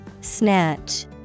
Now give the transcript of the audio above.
snatch